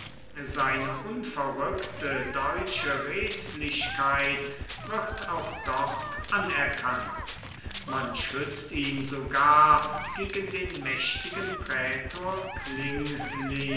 seine unverrückte deutsche redlichkeit wird auch dort anerkannt man schützt ihn sogar gegen den mächtigen prätor klinglin